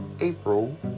April